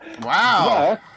wow